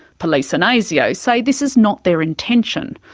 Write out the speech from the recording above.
police and asio say this is not their intention,